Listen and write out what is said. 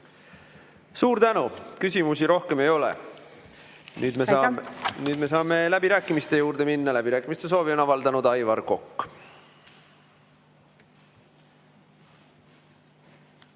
Suur tänu! Küsimusi rohkem ei ole. Nüüd me saame läbirääkimiste juurde minna. Läbirääkimiste soovi on avaldanud Aivar Kokk.